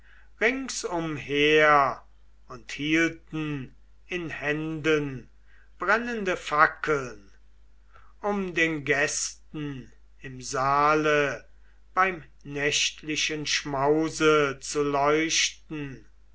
ringsumher und hielten in händen brennende fackeln um den gästen im saale beim nächtlichen schmause zu leuchten